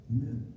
Amen